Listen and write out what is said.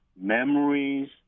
memories